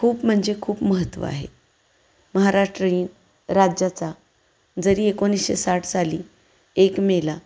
खूप म्हणजे खूप महत्त्व आहे महाराष्ट्र ही राज्याचा जरी एकोणीसशे साठ साली एक मेला